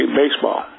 baseball